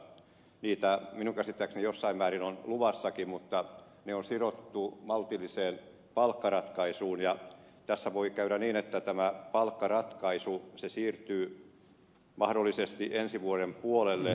niitä minun käsittääkseni jossain määrin on luvassakin mutta ne on sidottu maltilliseen palkkaratkaisuun ja tässä voi käydä niin että tämä palkkaratkaisu siirtyy mahdollisesti ensi vuoden puolelle